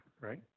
right